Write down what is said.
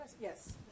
Yes